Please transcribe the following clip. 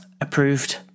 approved